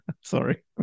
Sorry